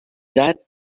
that